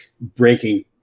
breaking